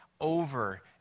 over